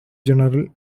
general